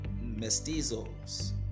mestizos